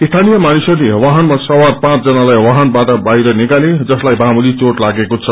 स्थानीय मानिसहस्ले वाहनमा सवार पाँचजनालाई वाहनबाट बाहिर निकाले जसलाई मामूली घोट लागेको छ